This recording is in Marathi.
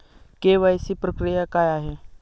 के.वाय.सी प्रक्रिया काय आहे?